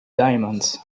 diamonds